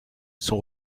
son